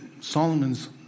Solomon's